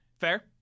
Fair